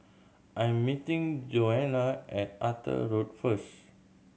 I'm meeting Joana at Arthur Road first